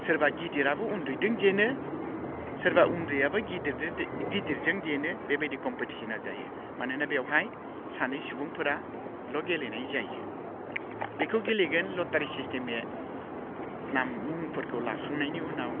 सोरबा गिदिराबो उन्दैदों जेनो सोरबा उन्दैआबो गिदिरदों दे गिदिरजों जेनो बेबायदि कम्पिटिशना जायो मानोना बेवहाय सानै सुबुंफोराल' गेलेनाय जायो बेखौ गेलेगोन लटारि सिस्टेम नाम मुंफोरखौ लाखांनायनि उनाव